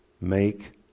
Make